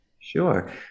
Sure